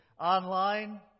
Online